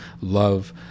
love